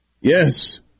Yes